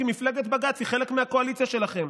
כי מפלגת בג"ץ היא חלק מהקואליציה שלכם.